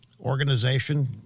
organization